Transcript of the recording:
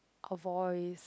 a voice